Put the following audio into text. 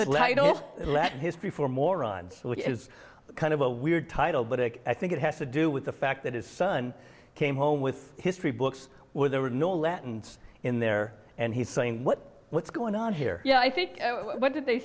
let history for morons which is kind of a weird title but i think it has to do with the fact that his son came home with history books where there were no latin in there and he's saying what what's going on here yeah i think what did they